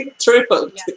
tripled